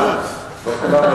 לא כולם,